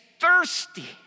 thirsty